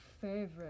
favorite